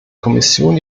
kommission